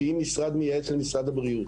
שהיא משרד מייעץ למשרד הבריאות.